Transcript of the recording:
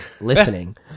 listening